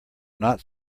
not